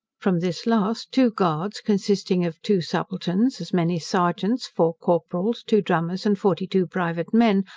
from this last two guards, consisting of two subalterns, as many serjeants, four corporals, two drummers, and forty-two private men,